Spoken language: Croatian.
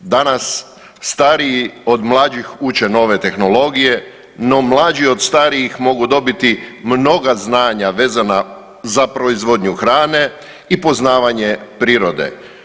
Danas stariji od mlađih uče nove tehnologije, no mlađi od starijih mogu dobiti mnoga znanja vezana za proizvodnju hrane i poznavanje prirode.